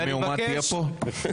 איזו מהומה תהיה פה.